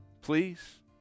Please